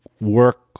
work